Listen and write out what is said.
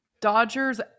Dodgers